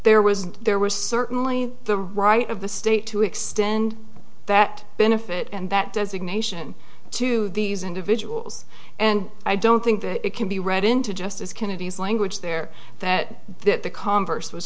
there was there was certainly the right of the state to extend that benefit and that designation to these individuals and i don't think that it can be read into justice kennedy's language there that that the converse was